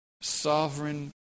sovereign